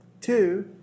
Two